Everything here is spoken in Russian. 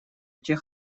тех